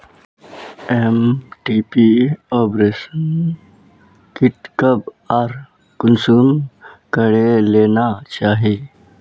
MTP abortion kit कब आर consume करे लेना चही?